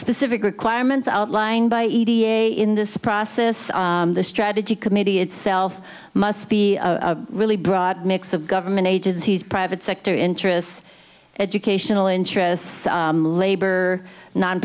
specific requirements outlined by e t a in this process the strategy committee itself must be a really broad mix of government agencies private sector interests educational interests labor non